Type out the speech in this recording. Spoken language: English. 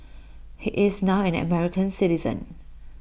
he is now an American citizen